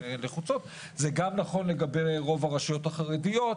זה גם נכון לגבי רוב הרשויות החרדיות.